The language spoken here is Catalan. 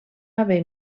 haver